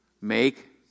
make